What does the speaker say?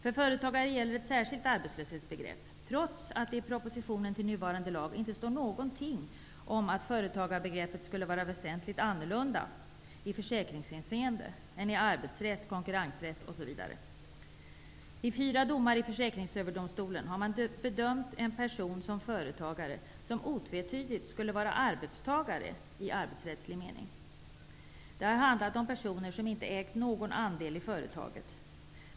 För företagare gäller ett särskilt arbetslöshetsbegrepp, trots att det i propositionen till nuvarande lag inte står någonting om att företagarbegreppet skulle vara väsentligt annorlunda i försäkringshänseende än i arbetsrätt, konkurrensrätt osv. I fyra domar i försäkringsöverdomstolen har man bedömt personer som företagare som otvetydigt skulle vara arbetstagare i arbetsrättslig mening. Det har handlat om personer som inte har ägt någon andel i företaget.